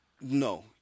No